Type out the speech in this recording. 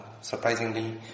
surprisingly